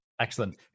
Excellent